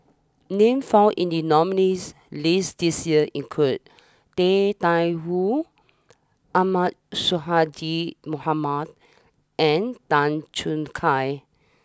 names found in the nominees' list this year include Tang Da Wu Ahmad Sonhadji Mohamad and Tan Choo Kai